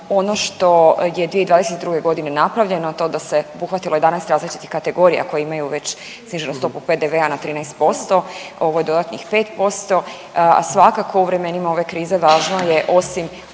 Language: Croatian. Ono što je 2022. godine napravljeno to da se obuhvatilo 11 različitih kategorija koje imaju već sniženu stopu PDV-a na 13%, ovo je dodatnih 5%, a svakako u vremenima ove krize važno je osim